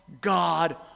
God